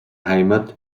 heimat